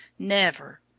never,